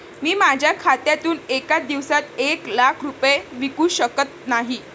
मी माझ्या खात्यातून एका दिवसात एक लाख रुपये विकू शकत नाही